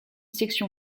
section